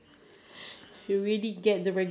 is nice to have but is